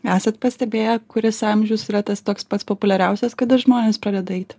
esat pastebėję kuris amžius yra tas toks pats populiariausias kada žmonės pradeda eit